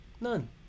None